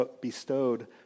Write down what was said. bestowed